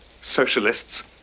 socialists